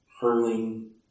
hurling